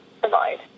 provide